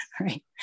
right